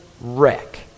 wreck